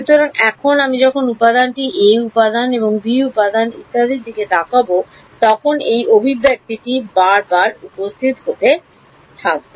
সুতরাং এখন আমি যখন উপাদানটি 'a' উপাদান 'b' ইত্যাদির দিকে তাকাব তখন এই অভিব্যক্তিটি বারবার উপস্থিত হতে থাকবে